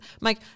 Mike